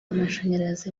amashanyarazi